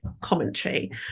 commentary